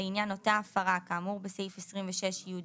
לעניין אותה הפרה כאמור בסעיף 26י(ד),